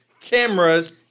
cameras